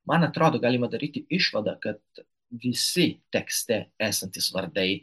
man atrodo galima daryti išvadą kad visi tekste esantys vardai